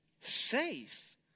Safe